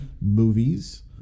movies